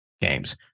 games